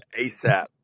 ASAP